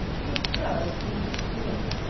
he does interest me.